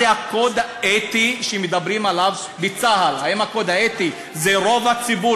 הייתה בקשה מפורשת שלנו שהזמן יהיה כמה שיותר קצר.